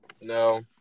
no